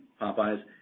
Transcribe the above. Popeyes